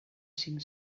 cinc